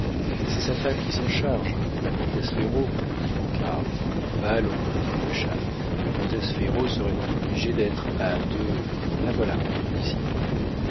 c'est sa femme qui s'en charge la comtesse ferraud dit boucard allons dit godeschal la comtesse ferraud serait donc obligée d'être à deux la voilà